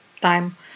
time